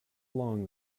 long